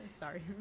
sorry